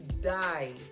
die